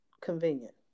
convenient